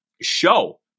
show